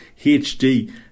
HD